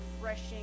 refreshing